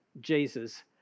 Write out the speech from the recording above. Jesus